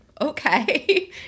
Okay